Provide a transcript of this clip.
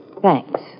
Thanks